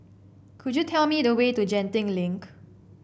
could you tell me the way to Genting Link